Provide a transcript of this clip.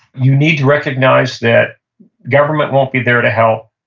you need to recognize that government won't be there to help,